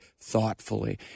thoughtfully